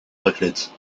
raclette